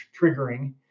triggering